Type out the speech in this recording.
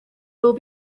will